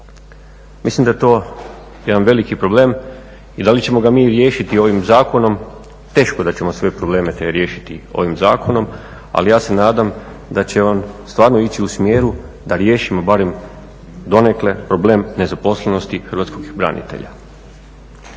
Mislim da je to jedan veliki problem i da li ćemo ga mi riješiti ovim zakonom teško da ćemo svoje probleme te riješiti ovim zakonom, ali ja se nadam da će on stvarno ići u smjeru da riješimo barem donekle problem nezaposlenosti hrvatskog branitelja.